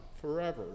forever